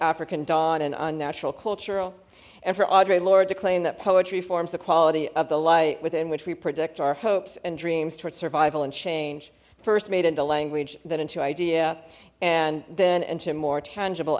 african dawn and unnatural cultural and for audrey laura to claim that poetry forms the quality of the light within which we predict our hopes and dreams toward survival and change first made into language than into idea and then into more tangible